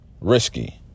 risky